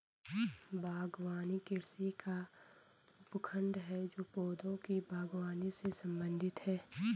बागवानी कृषि का उपखंड है जो पौधों की बागवानी से संबंधित है